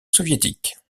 soviétique